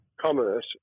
commerce